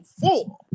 four